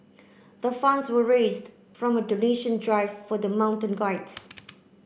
the funds were raised from a donation drive for the mountain guides